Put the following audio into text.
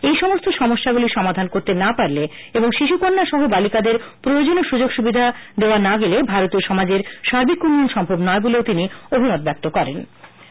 এই সমস্ত সমস্যাগুলির সমাধান করতে না পারলে এবং শিশুকন্যা সহ বালিকাদের প্রয়োজনীয় সুযোগ সুবিধা দেওয়া না গেলে ভারতীয় সমাজের সার্বিক উন্নয়ন সম্ভব নয় বলেও তিনি অভিমত প্রকাশ করেন